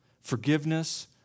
Forgiveness